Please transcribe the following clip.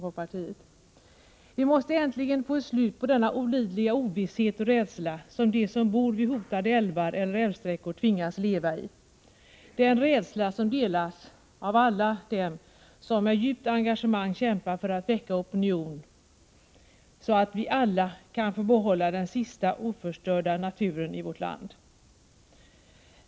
Vi måste äntligen få ett svar så att det blir slut på denna olidliga ovisshet och rädsla som de som bor vid hotade älvar eller älvsträckor tvingas leva i. Det är en rädsla som delas av alla dem som med djupt engagemang kämpar för att väcka opinion, så att vi kan få behålla den sista oförstörda naturen i vårt land.